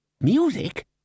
Music